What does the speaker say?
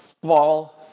ball